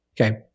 Okay